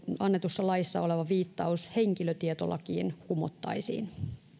annetussa laissa oleva viittaus henkilötietolakiin kumottaisiin